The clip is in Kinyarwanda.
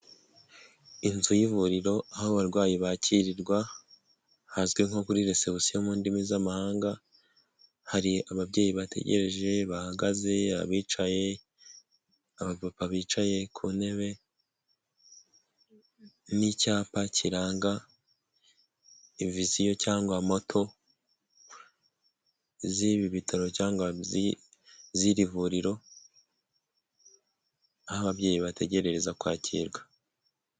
Inzu y'ivuriro aho abarwayi bakirirwa hazwi nko kuri resebusiyo mu ndimi z'amahanga, hari ababyeyi bategereje bahagaze, abicaye, abapapa bicaye ku ntebe n'icyapa kiranga viziyo cyangwa moto z'ibi bitaro cyangwa z'iri vuriro aho ababyeyi bategereza kwakirwa.